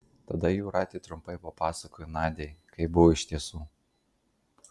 tada jūratė trumpai papasakojo nadiai kaip buvo iš tiesų